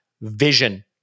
vision